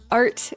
art